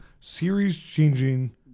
series-changing